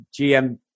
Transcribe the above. GM